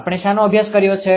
આપણે શાનો અભ્યાસ કર્યો છે